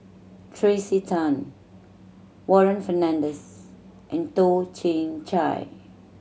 Tracey Tan Warren Fernandez and Toh Chin Chye